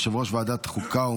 יושב-ראש ועדת החוקה,